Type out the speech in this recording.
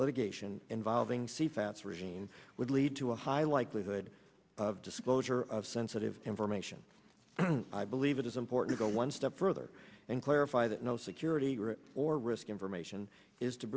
litigation involving c fats regime would lead to a high likelihood of disclosure of sensitive information i believe it is important go one step further and clarify that no security or risk information is to